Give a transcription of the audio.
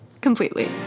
Completely